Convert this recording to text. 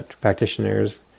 practitioners